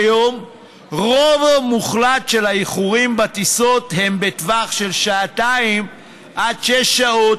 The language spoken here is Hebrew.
כיום רוב מוחלט של האיחורים בטיסות הם בטווח של שעתיים עד שש שעות,